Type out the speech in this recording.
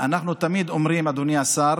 אז אדוני השר,